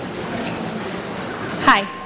Hi